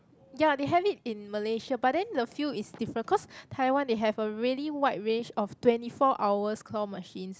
ya they have it in Malaysia but then the feel is different cause Taiwan they have a really wide range of twenty four hour claw machines